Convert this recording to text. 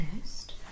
first